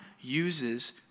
uses